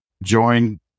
Join